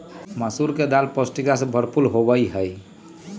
मसूर के दाल पौष्टिकता से भरपूर होबा हई